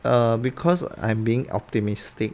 uh because I'm being optimistic